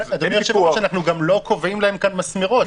אנחנו גם לא קובעים להם מסמרות.